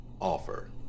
offer